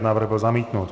Návrh byl zamítnut.